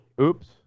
Oops